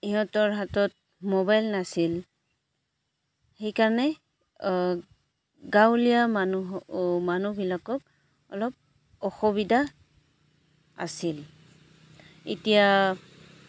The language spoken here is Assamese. সিহঁতৰ হাতত মোবাইল নাছিল সেইকাৰণে গাঁৱলীয়া মানুহ মানুহবিলাকক অলপ অসুবিধা আছিল এতিয়া